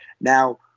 now